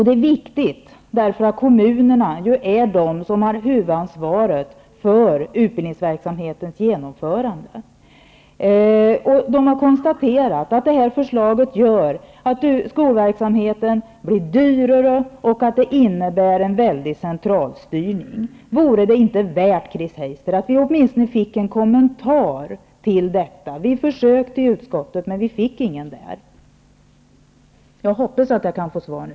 Det är viktigt, därför att kommunerna är ju de som har huvudansvaret för utbildningsverksamhetens genomförande. De har konstaterat att det här förslaget gör att skolverksamheten blir dyrare och innebär en väldig centralstyrning. Vore det inte värt, Chris Heister, att ge åtminstone en kommentar till detta? Vi försökte få svar i utskottet, men det fick vi inte. Jag hoppas att jag kan få svar nu.